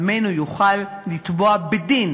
עמנו יוכל לתבוע בדין